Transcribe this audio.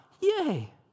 Yay